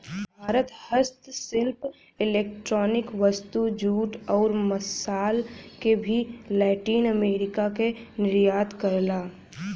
भारत हस्तशिल्प इलेक्ट्रॉनिक वस्तु, जूट, आउर मसाल क भी लैटिन अमेरिका क निर्यात करला